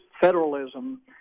federalism